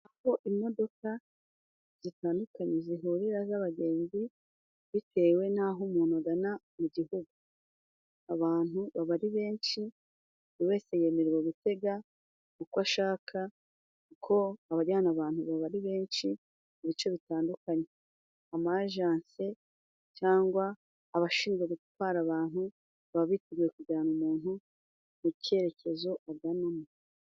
Aho imodoka zitandukanye zihurira z'abagenzi, bitewe n'aho umuntu agana mu gihugu. Abantu baba ari benshi, buri wese yemererwa gutega uko ashaka, ko abajyana, abantu baba ari benshi mu bice bitandukanye. Amajanse cyangwa abashinzwe gutwara abantu baba biteguye kujyana umuntu mu cyerekezo aganamo.